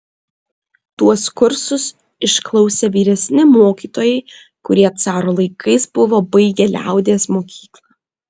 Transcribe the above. tuos kursus išklausė vyresni mokytojai kurie caro laikais buvo baigę liaudies mokyklą